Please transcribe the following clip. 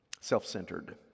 self-centered